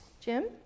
Jim